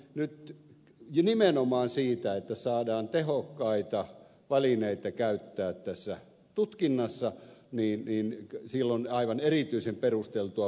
nyt jo nimenomaan se että saadaan tehokkaita välineitä käyttää tässä tutkinnassa on aivan erityisen perusteltua